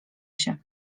się